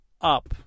up